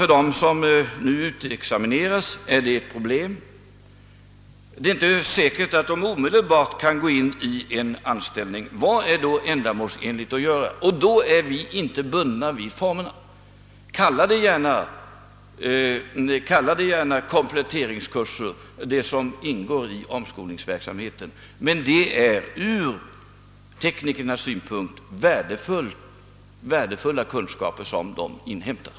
För dem som utexamineras är det självfallet ett problem, eftersom det inte är säkert att de omedelbart kan få anställning. Vad är då ändamålsenligt att göra? Vi är inte på denna punkt bundna vid formerna, Kalla gärna de kurser som ingår i omskolningsverksamheten för kompletteringskurser. Det är i alla händelser för de aktuella teknikerna värdefulla kunskaper som därvid meddelas.